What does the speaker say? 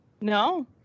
No